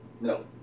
No